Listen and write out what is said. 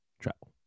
Travel